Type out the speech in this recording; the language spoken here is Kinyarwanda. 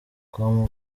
com